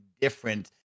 different